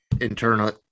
internal